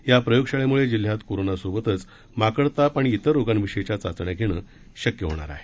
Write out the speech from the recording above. या प्रयोगशाळेमुळे जिल्ह्यात कोरोनासोबतच माकडताप आणि तिर रोगांविषयीच्या चाचण्या घेणं शक्य होणार आहे